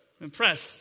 Impressed